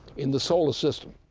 in the solar system.